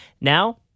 Now